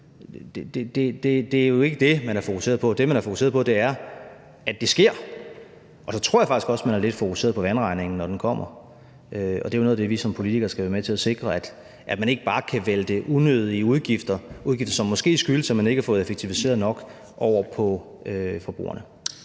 Det er jo ikke det, man har fokuseret på. Det, man har fokuseret på, er, at det sker. Så tror jeg faktisk også, at man har fokuseret lidt på vandregningen, når den kommer. Og det er jo noget af det, vi som politikere skal være med til at sikre: at man ikke bare kan vælte unødige udgifter – udgifter, som måske skyldes, at man ikke har fået effektiviseret nok – over på forbrugerne.